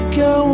go